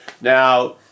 Now